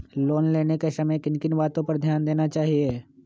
Loan लेने के समय किन किन वातो पर ध्यान देना चाहिए?